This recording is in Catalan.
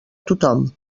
tothom